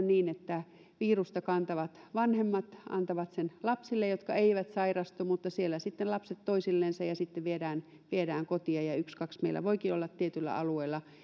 niin että virusta kantavat vanhemmat antavat sen lapsille jotka eivät sairastu mutta siellä lapset antavat sen toisillensa ja sitten viedään viedään se kotiin ja ykskaks meillä voikin olla tietyllä alueella